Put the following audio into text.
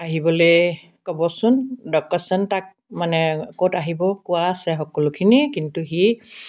আহিবলৈ ক'বচোন লোকেশ্য়ন তাক মানে ক'ত আহিব কোৱা আছে সকলোখিনি কিন্তু সি